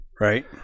Right